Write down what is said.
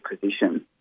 position